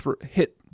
hit